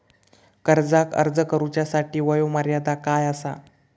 कर्जाक अर्ज करुच्यासाठी वयोमर्यादा काय आसा?